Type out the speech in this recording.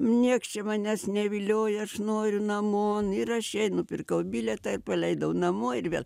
nieks čia manęs nevilioja aš noriu namo ir aš jai nupirkau bilietą ir paleidau namo ir vėl